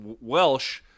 Welsh